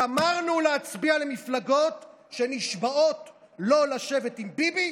גמרנו להצביע למפלגות שנשבעות לא לשבת עם ביבי,